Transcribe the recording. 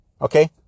Okay